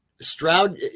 stroud